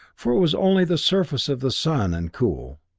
for it was only the surface of the sun, and cool.